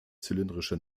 zylindrische